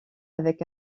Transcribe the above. avec